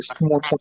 more